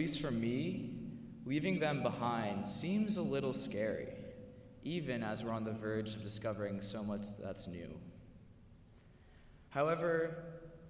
least from the leaving them behind seems a little scary even as we're on the verge of discovering so much that's new however